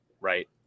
Right